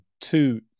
two